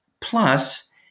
plus